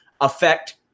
affect